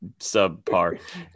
subpar